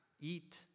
eat